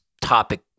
topic